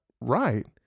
right